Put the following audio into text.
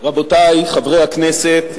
רבותי חברי הכנסת,